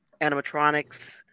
animatronics